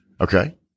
Okay